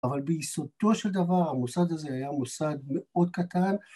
אבל ביסודו של דבר המוסד הזה היה מוסד מאוד קטן.